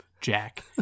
jack